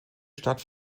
stadt